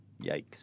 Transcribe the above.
Yikes